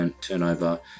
turnover